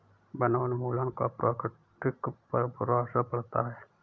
वनोन्मूलन का प्रकृति पर बुरा असर पड़ता है